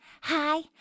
Hi